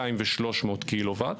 200 ו-300 קילוואט.